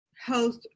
health